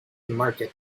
market